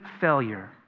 failure